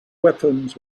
weapons